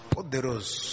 Poderoso